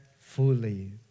fully